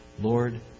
Lord